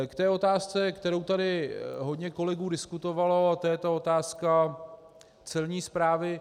K otázce, kterou tady hodně kolegů diskutovalo, a to je otázka Celní správy.